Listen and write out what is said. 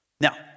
Now